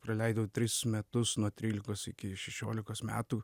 praleidau tris metus nuo trylikos iki šešiolikos metų